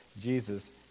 Jesus